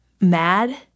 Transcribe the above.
mad